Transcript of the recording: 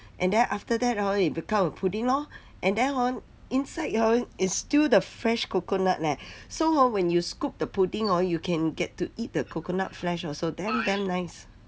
and then after that hor it become a pudding lor and then hor inside hor is still the fresh coconut leh so hor when you scoop the pudding hor you can get to eat the coconut flesh also damn damn nice